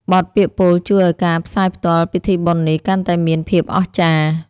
បទពាក្យពោលជួយឱ្យការផ្សាយផ្ទាល់ពិធីបុណ្យនេះ កាន់តែមានភាពអស្ចារ្យ។